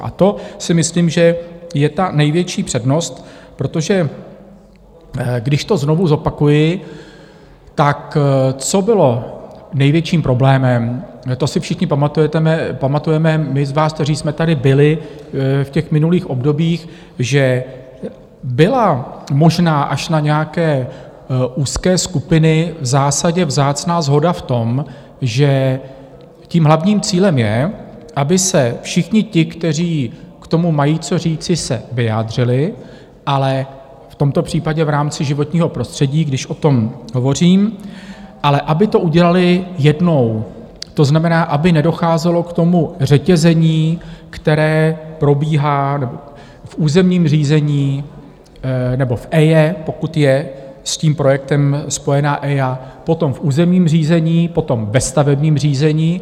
A to si myslím, že je ta největší přednost, protože když to znovu zopakuji, co bylo největším problémem, to si všichni pamatujeme, my z nás, kteří jsme tady byli v těch minulých obdobích, že byla možná až na nějaké úzké skupiny v zásadě vzácná shoda v tom, že hlavním cílem je, aby se všichni ti, kteří k tomu mají co říci, se vyjádřili, ale v tomto případě v rámci životního prostředí, když o tom hovořím, ale aby to udělali jednou, to znamená, aby nedocházelo k tomu řetězení, které probíhá, nebo v územním řízení nebo v EIA, pokud je s tím projektem spojená EIA, potom v územním řízení, potom ve stavebním řízení.